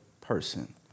person